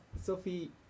Sophie